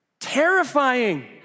terrifying